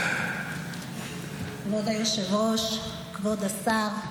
כבוד היושב-ראש, כבוד השר,